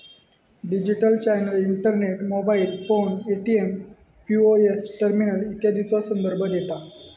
digital channel internet, mobile phone, ATM, POS terminal इत्यादीचो संदर्भ देता